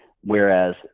whereas